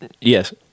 Yes